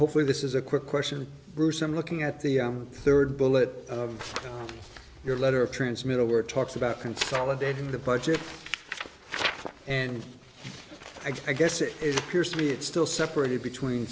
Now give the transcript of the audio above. hopefully this is a quick question bruce i'm looking at the third bullet of your letter of transmittal or talks about consolidating the budget and i guess it is piers to me it's still separated between